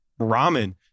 ramen